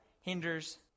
hinders